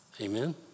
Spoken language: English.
Amen